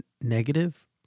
negative